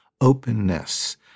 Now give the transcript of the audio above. openness